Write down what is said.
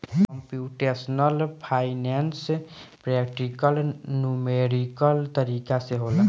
computational finance practical numerical तरीका से होला